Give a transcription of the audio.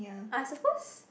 I suppose